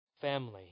Family